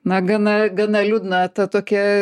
na gana gana liūdna ta tokia